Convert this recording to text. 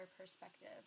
perspective